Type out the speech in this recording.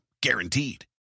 Guaranteed